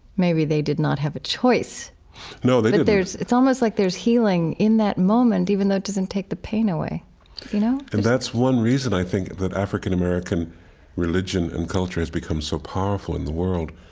maybe they did not have a choice no, they didn't but it's almost like there's healing in that moment, even though it doesn't take the pain away you know and that's one reason, i think, that african-american religion and culture has become so powerful in the world.